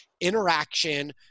interaction